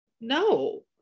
no